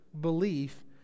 belief